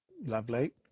Lovely